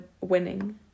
winning